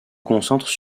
concentrent